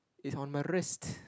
is on my wrist